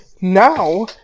now